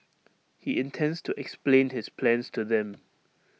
he intends to explain his plans to them